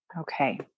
Okay